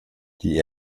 die